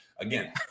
again